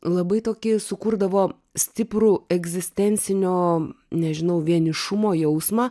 labai tokį sukurdavo stiprų egzistencinio nežinau vienišumo jausmą